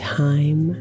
time